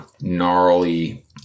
gnarly